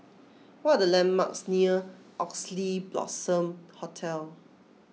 what are the landmarks near Oxley Blossom Hotel